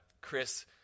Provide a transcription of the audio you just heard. Chris